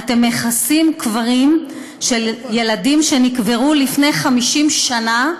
קברים של ילדים שנקברו לפני 50 שנה,